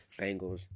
Bengals